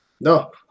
no